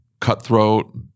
cutthroat